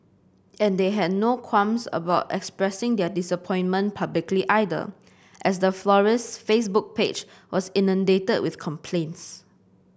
and they had no qualms about expressing their disappointment publicly either as the florist's Facebook page was inundated with complaints